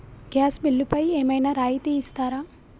Gas బిల్లుపై ఏమైనా రాయితీ ఇస్తారా?